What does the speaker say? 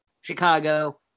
Chicago